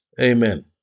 Amen